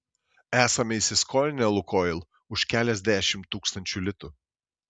esame įsiskolinę lukoil už keliasdešimt tūkstančių litų